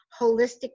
holistic